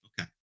Okay